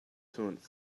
stood